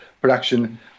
production